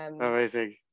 amazing